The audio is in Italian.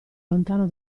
lontano